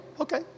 okay